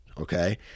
Okay